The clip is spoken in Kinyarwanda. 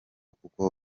kuko